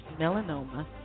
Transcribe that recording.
melanoma